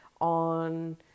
on